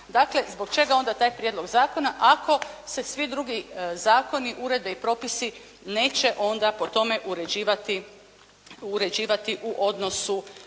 dakle zbog čega onda taj prijedlog zakona ako se svi drugi zakoni, uredbe i propisi neće onda po tome uređivati u odnosu